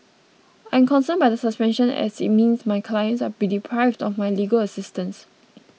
I'm concerned by the suspension as it means my clients are deprived of my legal assistance